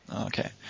Okay